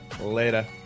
Later